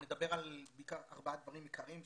נדבר בעיקר על ארבעה דברים עיקריים.